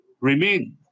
remain